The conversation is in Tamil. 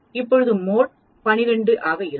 இப்போது மோட் 12 ஆக இருக்கும்